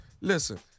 Listen